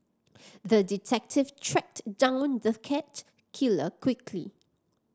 the detective tracked down the cat killer quickly